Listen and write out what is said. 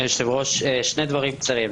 היושב-ראש, שני דברים קצרים.